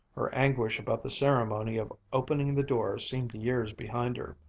her anguish about the ceremony of opening the door seemed years behind her.